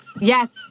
Yes